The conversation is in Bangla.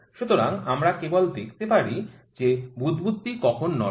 সুতরাং আমরা কেবল দেখতে পারি যে এই বুদবুদটি কখন নড়ে